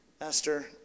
Esther